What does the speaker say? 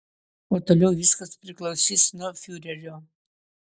o toliau viskas priklausys nuo fiurerio